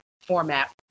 format